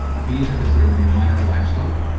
bees are considered to be minor livestock.